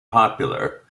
popular